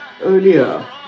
earlier